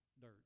dirt